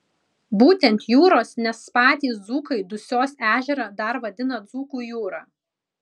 būtent jūros nes patys dzūkai dusios ežerą dar vadina dzūkų jūra